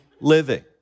living